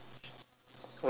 what's happening